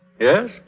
Yes